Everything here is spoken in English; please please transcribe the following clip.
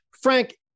Frank